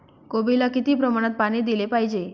कोबीला किती प्रमाणात पाणी दिले पाहिजे?